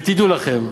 ותדעו לכם,